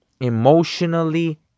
Emotionally